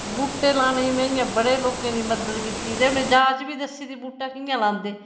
बूह्टे लाने गी में इ'यां बड़े लोकें दी मदद कीती ते उ'नें जाच बी दस्सी कि बूह्टा कि'यां लांदे